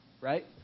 right